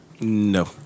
No